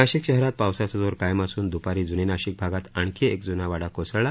नाशिक शहरात पावसाचा जोर कायम असून द्पारी जुने नाशिक भागात आणखी एक जुना वाडा कोसळला